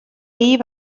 ahir